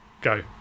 Go